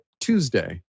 Tuesday